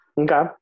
Okay